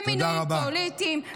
במניעים פוליטיים -- תודה רבה.